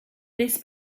this